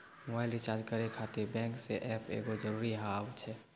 Mobile recharge करे खातिर bank के ऐप रखे जरूरी हाव है?